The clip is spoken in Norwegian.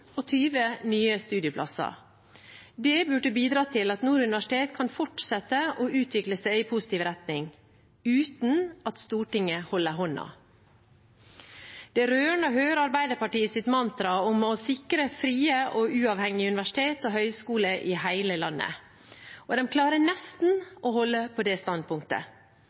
og 20 nye studieplasser. Det burde bidra til at Nord universitet kan fortsette å utvikle seg i positiv retning, uten at Stortinget holder hånda. Det er rørende å høre Arbeiderpartiets mantra om å sikre frie og uavhengige universiteter og høyskoler i hele landet, og de klarer nesten å holde på det standpunktet.